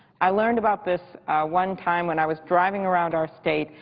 i learned about this one time when i was driving around our state,